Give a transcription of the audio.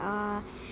ah